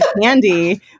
candy